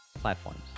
platforms